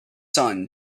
son